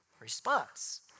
response